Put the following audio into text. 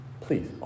Please